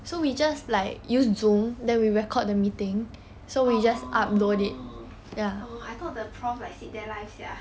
oh I thought the prof like sit there live sia